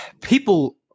people